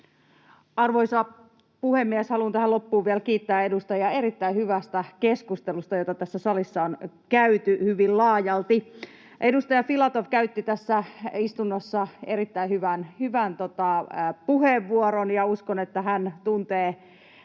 Arvoisa puhemies! Haluan tähän loppuun vielä kiittää edustajia erittäin hyvästä keskustelusta, jota tässä salissa on käyty hyvin laajalti. Edustaja Filatov käytti tässä istunnossa erittäin hyvän puheenvuoron, ja uskon, että hän tuntee